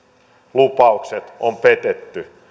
lupaukset on petetty